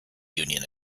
union